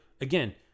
again